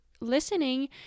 listening